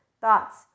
thoughts